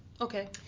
okay